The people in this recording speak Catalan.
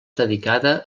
dedicada